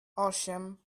osiem